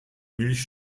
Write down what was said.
milch